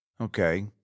Okay